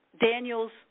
Daniel's